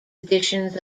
editions